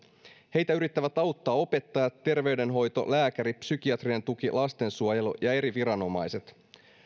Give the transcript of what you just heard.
heitä yrittävät auttaa opettajat terveydenhoito lääkärit psykiatrinen tuki lastensuojelu ja eri viranomaiset